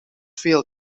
veel